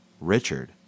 Richard